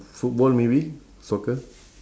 football maybe soccer